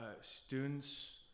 students